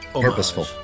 purposeful